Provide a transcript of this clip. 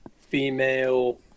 female